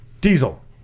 Diesel